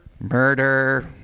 murder